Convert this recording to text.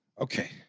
Okay